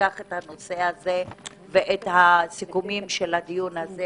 שתיקח את הנושא הזה ואת הסיכומים של הדיון הזה